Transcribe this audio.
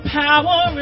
power